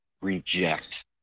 reject